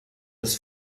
des